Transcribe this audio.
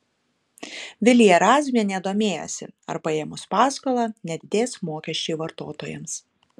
vilija razmienė domėjosi ar paėmus paskolą nedidės mokesčiai vartotojams